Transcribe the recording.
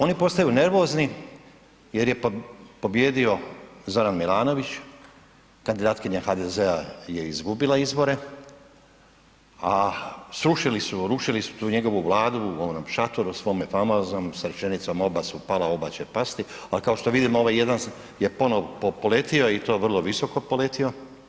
Oni postaju nervozni jer je pobijedio Zoran Milanović, kandidatkinja HDZ-a je izgubila izbore, a srušili su rušili su tu njegovu vladu u onom šatoru svome famoznom sa rečenicom „Oba su pala, oba će pasti“, a kao što vidimo ovaj jedan je ponovo poletio i to vrlo visoko poletio.